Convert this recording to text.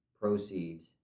proceeds